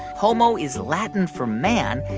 homo is latin for man,